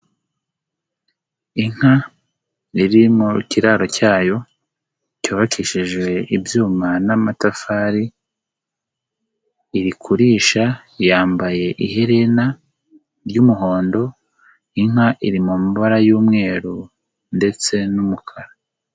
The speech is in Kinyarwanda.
Inka iri mu kiraro cyayo cyubakishijwe ibyuma n'amatafari, iri kurisha, yambaye iherena ry'umuhondo, inka iri mu mabara y'umweru ndetse n'umukara.